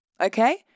Okay